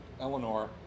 Eleanor